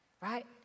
right